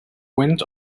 wind